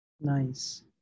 Nice